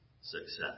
success